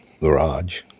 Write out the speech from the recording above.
garage